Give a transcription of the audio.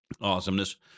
Awesomeness